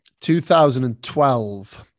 2012